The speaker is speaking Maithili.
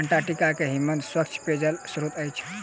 अंटार्टिका के हिमनद स्वच्छ पेयजलक स्त्रोत अछि